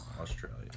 Australia